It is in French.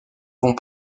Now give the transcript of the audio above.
vont